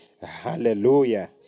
Hallelujah